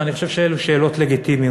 ואני חושב שאלו שאלות לגיטימיות.